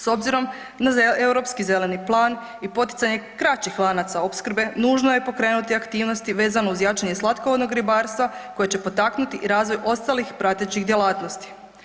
S obzirom na europski zeleni plan i poticanje kraćih lanaca opskrbe nužno je pokrenuti aktivnosti vezano uz jačanje slatkovodnog gospodarstva koje će potaknuti i razvoj ostalih pratećih djelatnosti.